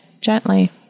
gently